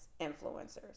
influencers